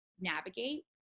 navigate